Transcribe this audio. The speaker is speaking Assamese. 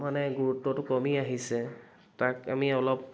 মানে গুৰুত্বটো কমি আহিছে তাক আমি অলপ